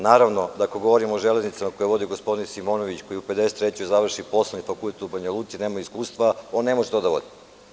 Naravno da, ako govorimo o Železnicama, koje vodi gospodin Simonović, koji u 53 završi Poslovni fakultet u Banja Luci, nema iskustva, on ne može to da vodi.